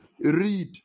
Read